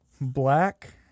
Black